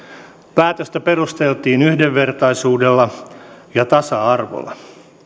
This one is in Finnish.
päätöstä perusteltiin yhdenvertaisuudella ja tasa arvolla